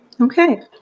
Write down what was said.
Okay